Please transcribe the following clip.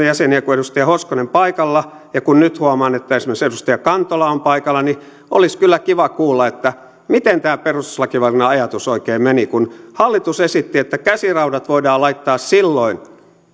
jäseniä kuin edustaja hoskonen paikalla ja kun nyt huomaan että esimerkiksi edustaja kantola on paikalla niin olisi kyllä kiva kuulla miten tämä perustuslakivaliokunnan ajatus oikein meni kun hallitus esitti että käsiraudat voidaan laittaa silloin